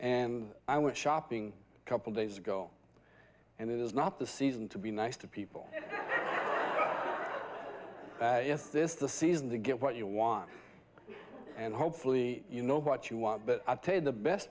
and i went shopping a couple days ago and it is not the season to be nice to people that yes this is the season to get what you want and hopefully you know what you want but i'll tell you the best